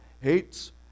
hates